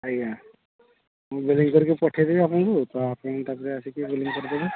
ଆଜ୍ଞା ମୁଁ ବିଲିଂ କରିକି ପଠାଇ ଦେବି ଆପଣଙ୍କୁ ତ ଆପଣ ତା'ପରେ ଆସିକି ବିଲିଂ କରିଦେବେ